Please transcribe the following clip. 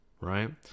right